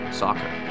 soccer